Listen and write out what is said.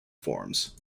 forms